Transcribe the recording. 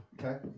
Okay